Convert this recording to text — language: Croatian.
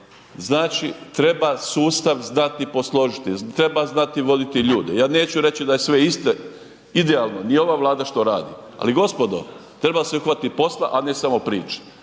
znači treba sustav znati posložiti, treba znati voditi ljude. Ja neću reći da je sve idealno ni ova Vlada što radi, ali gospodo treba se uhvatiti posla, a ne priča,